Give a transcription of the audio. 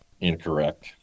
incorrect